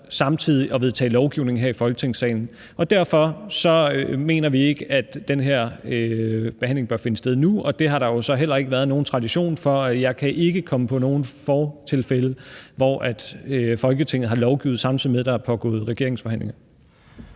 samtidig at vedtage lovgivning her i Folketingssalen. Derfor mener vi ikke, at den her behandling bør finde sted nu. Det har der jo så heller ikke været nogen tradition for. Jeg kan ikke komme på nogen fortilfælde, hvor Folketinget har lovgivet, samtidig med at der er pågået regeringsforhandlinger.